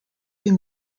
can